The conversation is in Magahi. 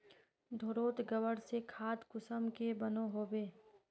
घोरोत गबर से खाद कुंसम के बनो होबे?